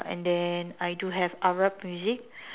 and then I do have Arab music